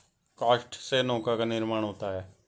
काष्ठ से नौका का निर्माण होता है